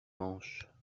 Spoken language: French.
manches